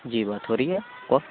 جی بات ہو رہی ہے کون